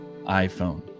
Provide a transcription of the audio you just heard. iPhone